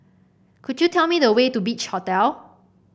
could you tell me the way to Beach Hotel